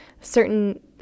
certain